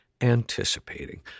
anticipating